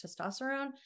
testosterone